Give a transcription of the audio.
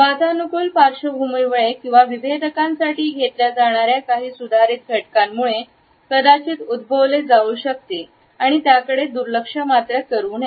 वातानुकूलन पार्श्वभूमी मुळे किंवा विभेदकांसाठी घेतल्या जाणार्या काही सुधारित घटकांमुळे कदाचित उद्भवले जाऊ शकते आणि त्याकडे दुर्लक्ष करू नये